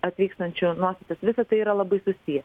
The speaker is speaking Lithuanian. atvykstančių nuostatas visa tai yra labai susiję